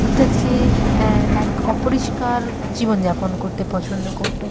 অর্থাৎ সে এক অপরিষ্কার জীবনযাপন করতে পছন্দ করত